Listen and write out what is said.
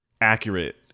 accurate